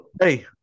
hey